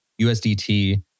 USDT